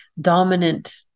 dominant